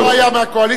אם לא היה מהקואליציה,